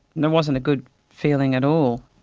and it wasn't a good feeling at all.